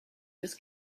this